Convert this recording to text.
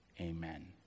Amen